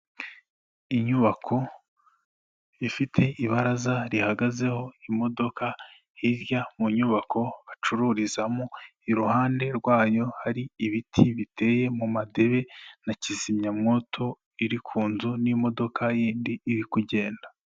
Inyubako ifite ibaraza rihagazeho imodoka hirya mu nyubako bacururizamo, iruhande rwayo hari ibiti biteye mu madebe, na kizimyamwoto iri ku nzu n'imodoka yindi iri kugenda.